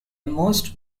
most